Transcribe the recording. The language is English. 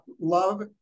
love